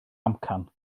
amcan